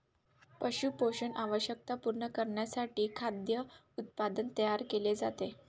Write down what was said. पशु पोषण आवश्यकता पूर्ण करण्यासाठी खाद्य उत्पादन तयार केले जाते